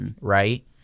right